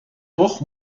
toch